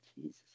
Jesus